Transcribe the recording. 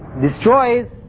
destroys